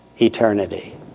eternity